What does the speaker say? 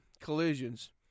collisions